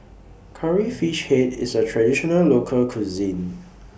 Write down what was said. Curry Fish Head IS A Traditional Local Cuisine